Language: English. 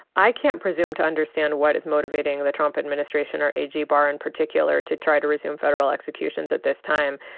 i can't presume to understand what is motivating the trump administration or ag barr in particular to try to resume federal executions at this time.